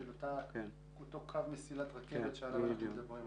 של אותו קו מסילת רכבת שעליו אנחנו מדברים עכשיו.